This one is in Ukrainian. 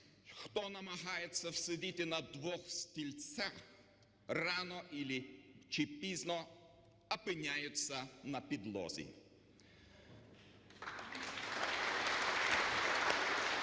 хто намагається всидіти на двох стільцях, рано чи пізно опиняється на підлозі. (Оплески)